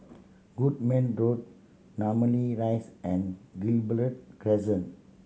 Goodman Road Namly Rise and Gibraltar Crescent